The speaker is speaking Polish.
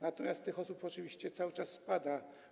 Natomiast liczba tych osób oczywiście cały czas spada.